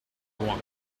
loin